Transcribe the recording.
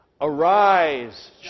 arise